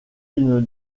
une